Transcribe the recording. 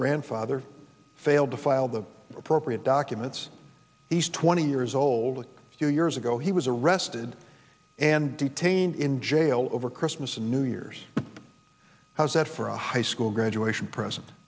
grandfather failed to file the appropriate documents he's twenty years old a few years ago he was arrested and detained in jail over christmas and new years how's that for a high school graduation present